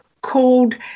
called